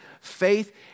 faith